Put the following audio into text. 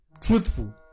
truthful